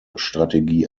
strategie